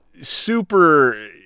super –